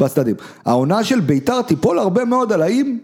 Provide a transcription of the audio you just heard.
‫בצדדים. העונה של ביתר תיפול ‫הרבה מאוד על האם...